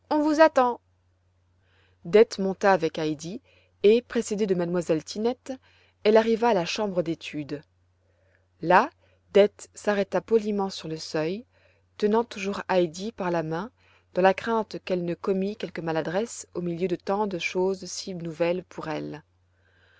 on vous attend dete monta avec heidi et précédée de m elle tinette elle arriva à la chambre d'études là dete s'arrêta poliment sur le seuil tenant toujours heidi par la main dans la crainte qu'elle ne commît quelque maladresse au milieu de tant de choses si nouvelles pour elle